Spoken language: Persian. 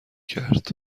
کرد